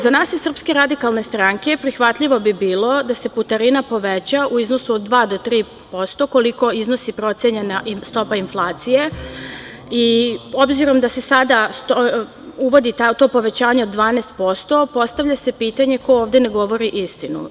Za nas iz SRS prihvatljivo bi bilo da se putarina poveća u iznosu od dva do tri posto, koliko iznosi procenjena stopa inflacije i obzirom da se sada uvodi to povećanje od 12%, postavlja se pitanje - ko ovde ne govori istinu?